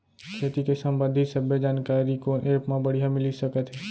खेती के संबंधित सब्बे जानकारी कोन एप मा बढ़िया मिलिस सकत हे?